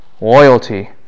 loyalty